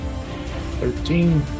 Thirteen